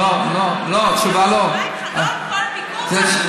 לא לכל ביקור צריך אישור אפוטרופוס.